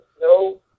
no